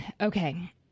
Okay